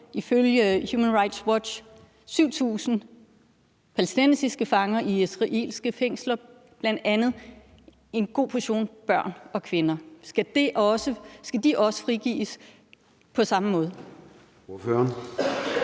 ifølge Human Rights Watch 7.000 palæstinensiske fanger i israelske fængsler, bl.a. en god portion børn og kvinder. Skal de også frigives på samme måde?